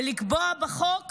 וקובעת בחוק